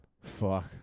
fuck